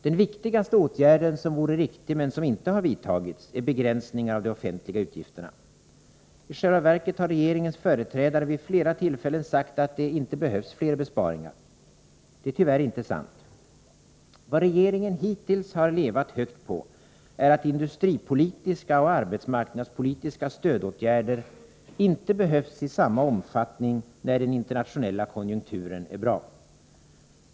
Den viktigaste åtgärden, som vore riktig men som inte har vidtagits, är begränsningar av de offentliga utgifterna. I själva verket har regeringens företrädare vid flera tillfällen sagt att det inte behövs fler besparingar. Det är tyvärr inte sant. Vad regeringen hittills har levt högt på är att industripolitiska och arbetsmarknadspolitiska stödåtgärder inte behövs i samma omfattning när den internationella konjunkturen är bra.